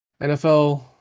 NFL